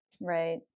Right